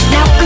Now